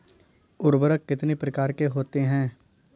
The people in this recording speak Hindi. उर्वरक कितनी प्रकार के होते हैं?